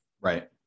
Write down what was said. Right